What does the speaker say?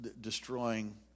destroying